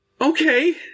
Okay